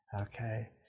Okay